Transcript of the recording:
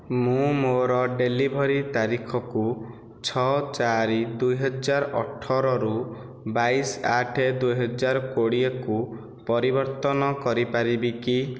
ମୁଁ ମୋର ଡେଲିଭରି ତାରିଖକୁ ଛଅ ଚାରି ଦୁଇ ହଜାର ଅଠରରୁ ବାଇଶ ଆଠ ଦୁଇ ହଜାର କୋଡ଼ିଏକୁ ପରିବର୍ତ୍ତନ କରିପାରିବି କି